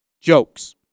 Jokes